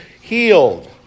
healed